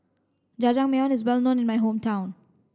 Jajangmyeon is well known in my hometown